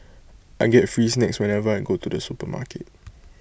I get free snacks whenever I go to the supermarket